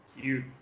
Cute